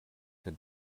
der